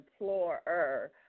employer